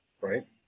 right